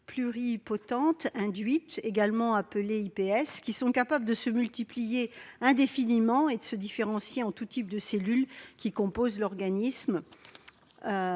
pluripotentes induites, également appelées cellules iPS, qui sont capables de se multiplier indéfiniment et de se différencier en tout type de cellules qui composent l'organisme.